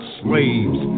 slaves